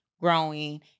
growing